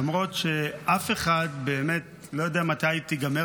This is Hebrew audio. למרות שאף אחד לא באמת יודע מתי תיגמר